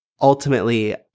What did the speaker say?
ultimately